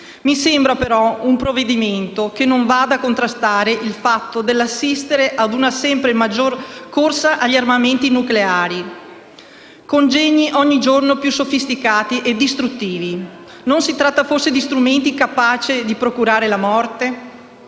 Mi sembra, però, un provvedimento che non vada a contrastare il fatto dell'assistere ad una sempre maggiore corsa agli armamenti nucleari: congegni ogni giorno più sofisticati e distruttivi. Non si tratta forse di strumenti capaci di procurare la morte?